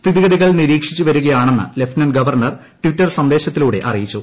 സ്ഥിതിഗതികൾ നിരീക്ഷിച്ചു വരികയാണെന്ന് ്ലഫ്റ്റനന്റ് ഗവർണർ ടിറ്റർ സന്ദേശത്തിലൂടെ അറിയിച്ചു